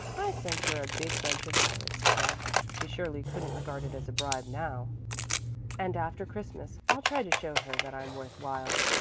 i sent her a big bunch of violets to-day she surely couldn't regard it as a bribe now and after christmas i'll try to show her that i'm worth while.